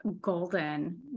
golden